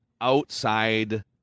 outside